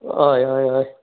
हय हय हय